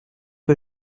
que